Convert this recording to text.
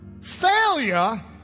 Failure